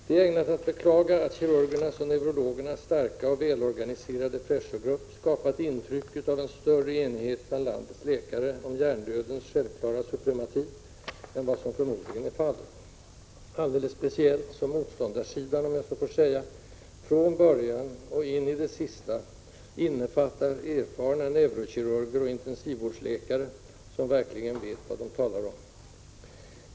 Det är ägnat att beklaga att kirurgernas och neurologernas starka och välorganiserade påtryckningsgrupp skapat intrycket av en större enighet bland landets läkare om hjärndödens självklara supremati än vad som förmodligen är fallet, alldeles speciellt som motståndarsidan, om jag så får säga, från början och in i det sista innefattar erfarna neurokirurger och intensivvårdsläkare, som verkligen vet vad de talar om.